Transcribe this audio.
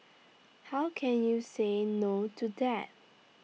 how can you say no to that